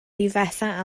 difetha